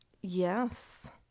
Yes